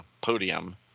podium